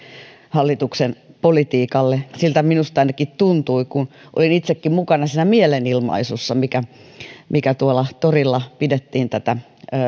hallituksen politiikalle siltä minusta ainakin tuntui kun olin itsekin mukana siinä mielenilmaisussa joka tuolla torilla pidettiin tätä